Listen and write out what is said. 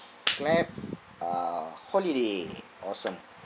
clap err holiday awesome